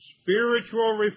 Spiritual